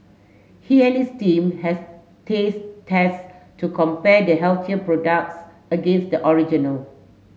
he and his team has taste test to compare the healthier products against the original